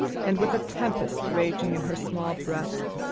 and with a tempest raging in her small breast,